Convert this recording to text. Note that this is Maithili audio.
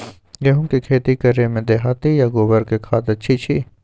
गेहूं के खेती करे में देहाती आ गोबर के खाद अच्छा छी?